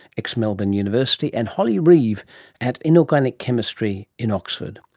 ex melbourne university, and holly reeve at inorganic chemistry in oxford.